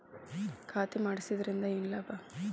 ಖಾತೆ ಮಾಡಿಸಿದ್ದರಿಂದ ಏನು ಲಾಭ?